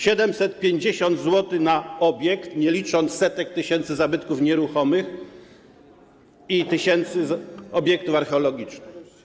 750 zł na obiekt, nie licząc setek tysięcy zabytków nieruchomych i tysięcy obiektów archeologicznych.